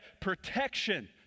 protection